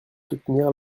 soutenir